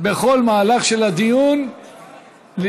בכל מהלך של הדיון לדבר.